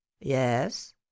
yes